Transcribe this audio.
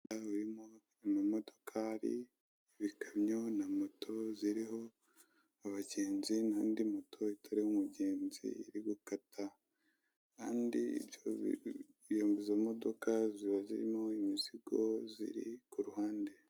Umuhanda urimo amamodokari, ibikamyo na moto ziriho abagenzi n'indi moto itariho umugenzi iri gukata kandi izo modoka ziba zirimo imizigo ziri ku ruhande.